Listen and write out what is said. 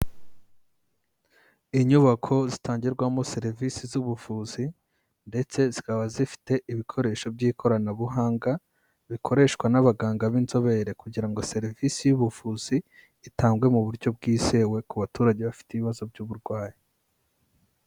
Inyubako zitangirwamo serivisi z'ubuvuzi, ndetse zikaba zifite ibikoresho by'ikoranabuhanga, bikoreshwa n'abaganga b'inzobere, kugira serivisi y'ubuvuzi itangwe mu buryo bwizewe ku baturage bafite ibibazo by'uburwayi.